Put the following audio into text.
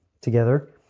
together